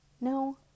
no